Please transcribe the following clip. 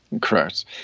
Correct